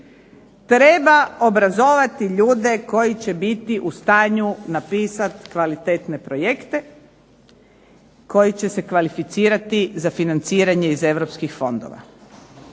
treba obrazovati ljude koji će biti u stanju napisati kvalitetne projekte koji će se kvalificirati za financiranje iz europskih fondova.